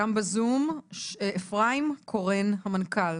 אפרים קורן המנכ"ל.